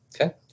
Okay